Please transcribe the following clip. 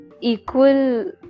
equal